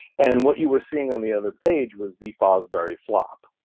and what you were seeing on the other page was the fosbury flop.